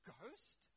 Ghost